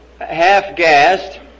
half-gassed